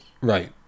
right